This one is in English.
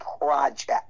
project